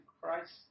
Christ